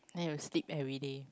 then you sleep everyday